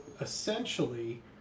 essentially